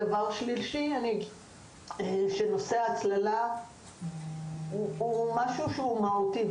הדבר השלישי הוא שנושא ההצללה הוא משהו מהותי,